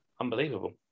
unbelievable